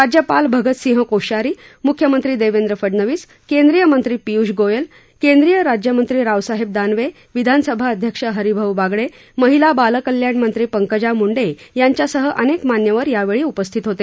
राज्यपाल भगतसिंह कोश्यारी म्ख्यमंत्री देवेंद्र फडणवीस केंद्रीय मंत्री पिय्ष गोयल केंद्रीय राज्यमंत्री रावसाहेब दानवे विधानसभाध्यक्ष हरिआऊ बागडे महिला बालकल्याण मंत्री पंकजा मुंडे यांच्यासह अनेक मान्यवर यावेळी उपस्थित होते